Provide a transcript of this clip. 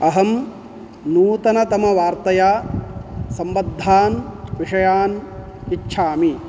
अहं नूतनतमवार्तया सम्बद्धान् विषयान् इच्छामि